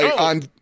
on